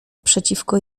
przeciwko